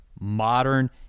modern